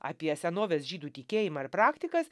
apie senovės žydų tikėjimą ir praktikas